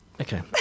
Okay